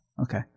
okay